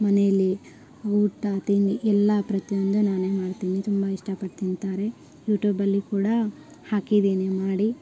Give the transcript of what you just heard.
ಮನೆಯಲ್ಲಿ ಊಟ ತಿಂಡಿ ಎಲ್ಲ ಪ್ರತಿಯೊಂದು ನಾನೇ ಮಾಡ್ತೀನಿ ತುಂಬ ಇಷ್ಟಪಟ್ಟು ತಿಂತಾರೆ ಯೂಟೂಬಲ್ಲಿ ಕೂಡಾ ಹಾಕಿದೀನಿ ಮಾಡಿ